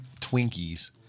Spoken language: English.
twinkies